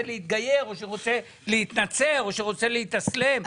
להתגייר או רוצה להתנצר או שרוצה להתאסלם.